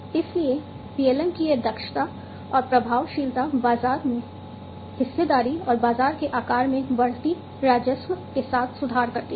इसलिए PLM की यह दक्षता और प्रभावशीलता बाजार में हिस्सेदारी और बाजार के आकार में बढ़ती राजस्व के साथ सुधार करती है